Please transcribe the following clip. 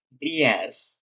Yes